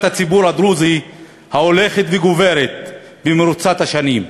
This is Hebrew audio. הציבור הדרוזי ההולכת וגוברת במרוצת השנים.